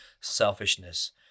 selfishness